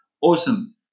Awesome